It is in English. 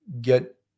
get